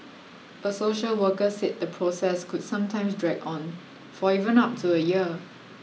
a social worker said the process could sometimes drag on for even up to a year